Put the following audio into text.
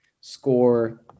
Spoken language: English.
score